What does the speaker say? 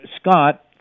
Scott